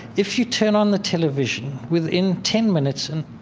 if you turn on the television, within ten minutes and,